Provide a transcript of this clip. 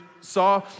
saw